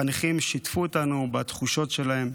החניכים שיתפו אותנו בתחושות שלהם